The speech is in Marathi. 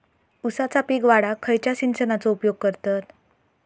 ऊसाचा पीक वाढाक खयच्या सिंचनाचो उपयोग करतत?